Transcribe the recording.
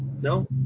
No